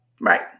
right